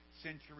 century